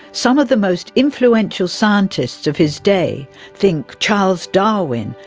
some of the most influential scientists of his day think charles darwin,